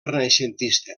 renaixentista